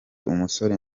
umusore